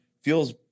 feels